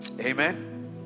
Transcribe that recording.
Amen